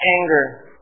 anger